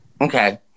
Okay